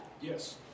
Yes